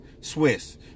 Swiss